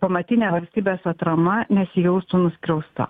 pamatinė valstybės atrama nesijaustų nuskriausta